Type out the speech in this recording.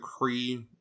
Kree